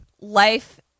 Life